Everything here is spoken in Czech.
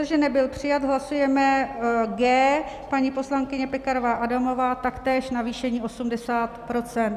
Protože nebyl přijat, hlasujeme G paní poslankyně Pekarová Adamová, taktéž navýšení 80 %.